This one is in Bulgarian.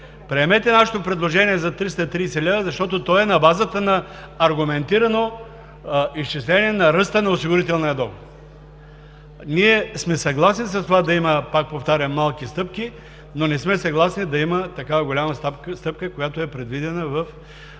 приемете нашето предложение за 330 лв., защото то е на базата на аргументирано изчисление на ръста на осигурителния доход. Ние сме съгласни с това да има, пак повтарям, малки стъпки, но не сме съгласни да има такава голяма стъпка, която е предвидена в